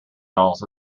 dolls